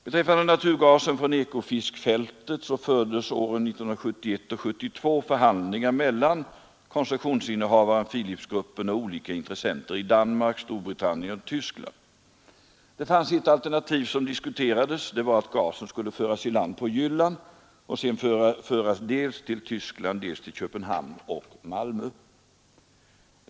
Beträffande naturgasen från Ekofiskfältet fördes åren 1971 och 1972 förhandlingar mellan koncessionsinnehavaren, Philipsgruppen och olika intressenter i Danmark, Storbritannien och Tyskland. Det fanns ett alternativ som diskuterades. Det var att gasen skulle föras i land på Jylland och sedan föras dels till Tyskland, dels till Köpenhamn och Malmö.